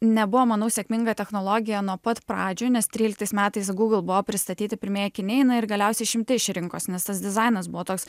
nebuvo manau sėkminga technologija nuo pat pradžių nes tryliktais metais google buvo pristatyti pirmieji akiniai na ir galiausiai išimti iš rinkos nes tas dizainas buvo toks